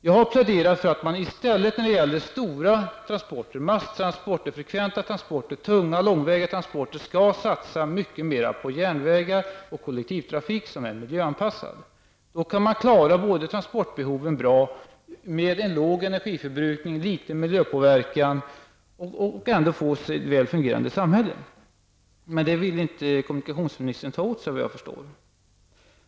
Jag har pläderat för att man när det gäller stora transporter, masstransporter, frekventa transporter, tunga och långväga transporter, skall satsa mycket mer på järnvägar och kollektivtrafik som är miljöanpassad. Då kan man klara transportbehoven bra med både låg energiförbrukning och liten miljöpåverkan, samtidigt som man får ett väl fungerande samhälle. Men såvitt jag förstår vill inte kommunikationsministern ta till sig detta.